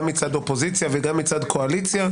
גם מצד האופוזיציה וגם מצד קואליציה,